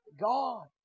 God